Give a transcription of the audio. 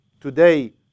today